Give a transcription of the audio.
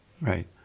right